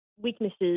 weaknesses